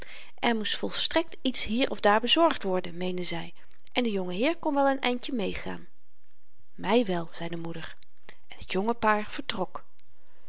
er moest volstrekt iets hier of daar bezorgd worden meende zy en de jongeheer kon wel n eindje meegaan my wel zei de moeder het jonge paar vertrok